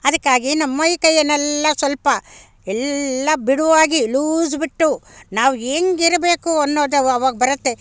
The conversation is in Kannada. ಅದಕ್ಕಾಗಿ ನಮ್ಮ ಮೈಕೈಯನ್ನೆಲ್ಲ ಸ್ವಲ್ಪ ಎಲ್ಲ ಬಿಡುವಾಗಿ ಲೂಸ್ ಬಿಟ್ಟು ನಾವು ಯಂಗಿರಬೇಕು ಅನ್ನೋದು ಅವ ಅವಾಗ ಬರುತ್ತೆ